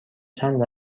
چند